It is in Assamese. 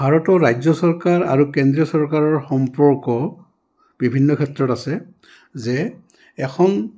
ভাৰতৰ ৰাজ্য চৰকাৰ আৰু কেন্দ্ৰীয় চৰকাৰৰ সম্পৰ্ক বিভিন্ন ক্ষেত্ৰত আছে যে এখন